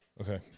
Okay